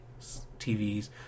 TVs